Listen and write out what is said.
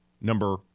number